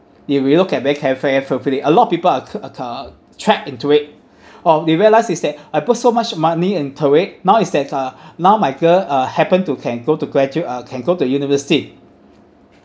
if we look at very carefu~ properly a lot of people are c~ uh ca~ trapped into it oh they realise is that I put so much money into it now is that uh now my girl uh happen to can go to gradua~ uh can go to university